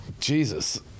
Jesus